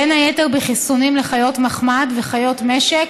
בין היתר בחיסונים לחיות מחמד וחיות משק